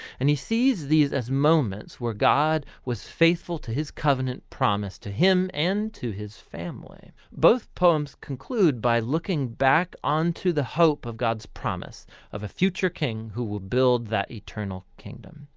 and he sees these as moments where god was faithful to his covenant promise to him and to his family. both poems conclude by looking back onto the hope of god's promise of a future king who will build that eternal kingdom.